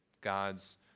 God's